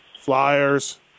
Flyers